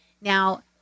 Now